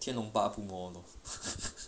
天龙八部 more lor